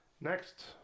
Next